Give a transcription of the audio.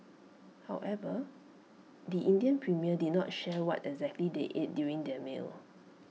however the Indian premier did not share what exactly they ate during their meal